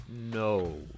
No